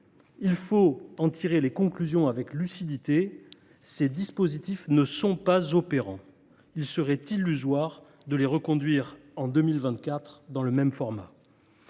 il faut tirer les conclusions avec lucidité : ces dispositifs ne sont pas opérants ; il serait illusoire de les reconduire en 2024 dans le même format.